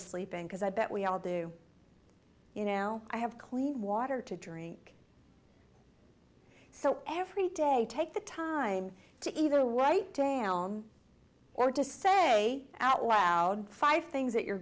to sleep in because i bet we all do you know i have clean water to drink so every day take the time to either weight or to say out loud five things that you're